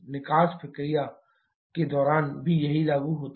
निकास प्रक्रिया के दौरान भी यही लागू होता है